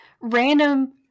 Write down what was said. random